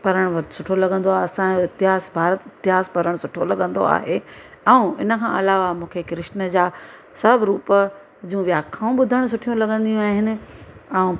पढ़णु वध सुठो लॻंदो आहे असांजो इतिहास भारत इतिहास पढ़णु सुठो लॻंदो आहे ऐं इनखां अलावा मूंखे कृष्न जा सभु रूप जूं व्याखाऊं ॿुधणु सुठियूं लॻंदियूं आहिनि अउं